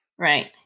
Right